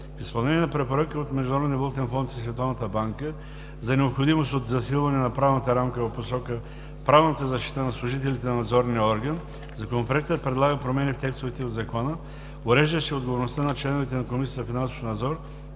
В изпълнение на препоръка от Международния валутен фонд и Световната банка за необходимост от засилване на правната рамка в посока правната защита на служителите на надзорния орган, Законопроектът предлага промени в текстовете от Закона, уреждащи отговорността на членовете на Комисията за финансов надзор